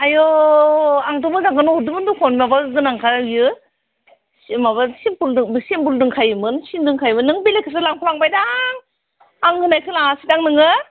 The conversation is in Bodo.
आय' आंथ' मोजांखौनो हरदोंमोन दखन माबा गोनांखा इयो ए माबा सिपल दों सिमबोल दोंखायोमोन सिन दोंखायोमोन नों बेलेगखौसो लांफ्लांबाय दां आं होनायखौ लाङासै दां नोङो